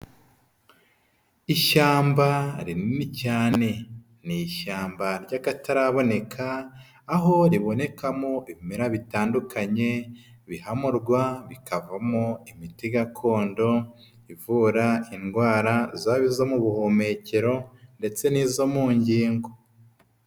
Ishyamba rinini cyane ni ishyamba ry'akataraboneka aho ribonekamo ibimera bitandukanye bihamurwa bikavamo imiti gakondo ivura indwara zaba izo mu buhumekero ndetse n'izo mu ngingo.